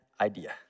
idea